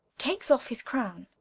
takes off his crowne.